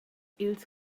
ils